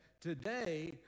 today